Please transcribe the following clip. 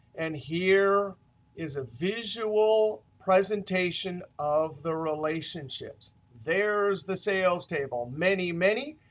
and here is a visual presentation of the relationships. there's the sales table, many many,